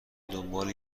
دنبال